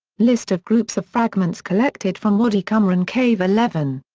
list of groups of fragments collected from wadi qumran cave eleven